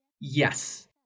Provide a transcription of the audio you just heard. Yes